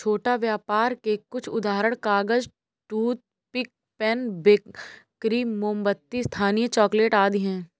छोटा व्यापर के कुछ उदाहरण कागज, टूथपिक, पेन, बेकरी, मोमबत्ती, स्थानीय चॉकलेट आदि हैं